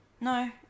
No